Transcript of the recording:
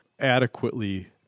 adequately